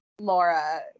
Laura